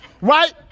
right